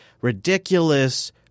ridiculous